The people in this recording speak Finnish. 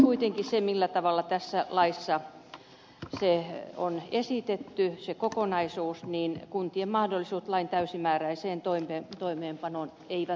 nyt kuitenkin sillä tavalla kuin tässä laissa se kokonaisuus on esitetty ei kuntien mahdollisuus lain täysimääräiseen toimeenpanoon toteudu